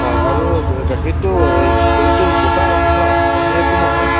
হয় আৰু গাখীৰটো দৈটো গোটা হ'ব ন পনীয়াটো নহয়